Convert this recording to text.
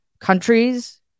countries